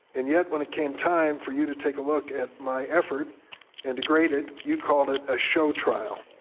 and yet when it came time for you to take a look at my effort and degraded, you call it a show trial.